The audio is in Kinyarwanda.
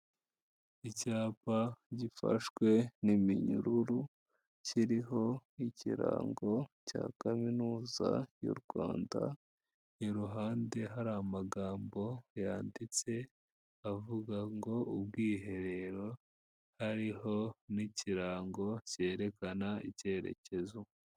Icyapa gifashwe n'iminyururu kiriho n'ikirango cya Kaminuza y'u Rwanda, iruhande hari amagambo yanditse avuga ngo "ubwiherero", ariho n'ikirango cyerekana icyerekezo.